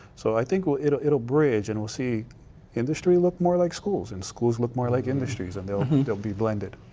so i think it it will bridge and we'll see industry look more like schools and schools look more like industries and they'll they'll be blended.